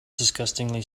disgustingly